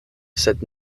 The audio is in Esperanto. sed